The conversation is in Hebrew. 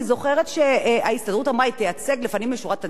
לפנים משורת הדין גם כאשר הם לא היו מאוגדים.